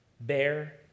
bear